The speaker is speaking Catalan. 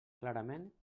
clarament